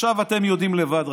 אתם יודעים לבד,